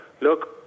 look